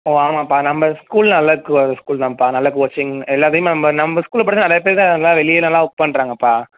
ஓ ஆமாப்பா நம்ம ஸ்கூல்ல நல்ல ஸ்கூல் தான்ப்பா நல்ல கோச்சிங் எல்லாத்துலேயுமே நம்ம நம்ம ஸ்கூலில் படித்த நிறையா பேர் தான் எல்லாம் வெளிலலாம் ஒர்க் பண்ணுறாங்கப்பா